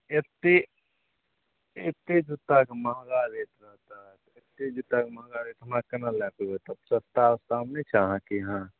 एते एते जूताके मंहगा रेट रहतय एते जूताके मंहगा रेट हमरा केना लए पेबय तब सस्ता वस्तामे नहि छै अहाँके यहाँ